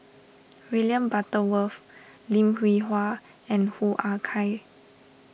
William Butterworth Lim Hwee Hua and Hoo Ah Kay